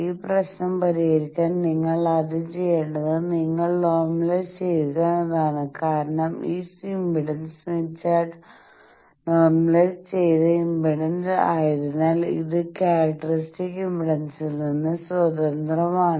ഈ പ്രശ്നം പരിഹരിക്കാൻ നിങ്ങൾ ആദ്യം ചെയ്യേണ്ടത് നിങ്ങൾ നോർമലൈസ് ചെയ്യുക എന്നതാണ് കാരണം ഈ ഇംപെഡൻസ് സ്മിത്ത് ചാർട്ട് നോർമലൈസ് ചെയ്ത ഇംപെഡൻസ് ആയതിനാൽ ഇത് ക്യാരക്ടർസ്റ്റിക് ഇംപെഡൻസിൽ നിന്ന് സ്വതന്ത്രമാണ്